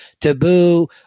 taboo